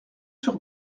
sur